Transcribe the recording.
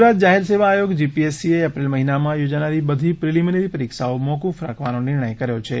ગુજરાત જાહેર સેવા આયોગ જી પી એસ સી એ એપ્રિલ માહિનામાં યોજનારી બધી પ્રિલિમિનરી પરીક્ષાઓ મોક્રફ રાખવાનો નિર્ણય કર્યો છે